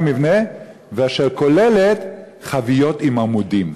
אשר כולל חביות עם עמודים.